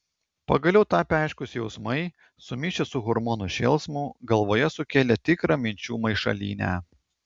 pagaliau tapę aiškūs jausmai sumišę su hormonų šėlsmu galvoje sukėlė tikrą minčių maišalynę